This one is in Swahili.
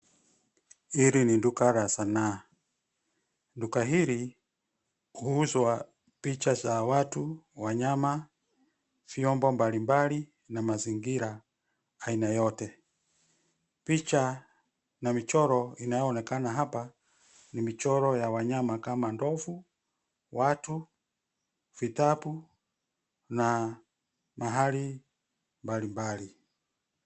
Hili ni duka la sanaa. Duka hili huuzwa picha za watu, wanyama, vyombo mbalimbali na mazingira aina yote. Picha na michoro inayoonekana hapa ni michoro ya wanyama kama: ndovu, watu, vitabu na mahali mbali mbali.